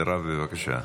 מירב, בבקשה.